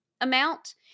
amount